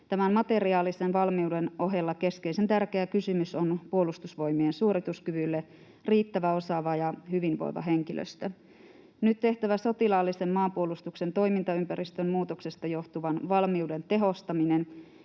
Tämän materiaalisen valmiuden ohella keskeisen tärkeä kysymys Puolustusvoimien suorituskyvylle on riittävä, osaava ja hyvinvoiva henkilöstö. Nyt tehtävä sotilaallisen maanpuolustuksen toimintaympäristön muutoksesta johtuvan valmiuden tehostaminen